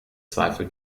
zweifel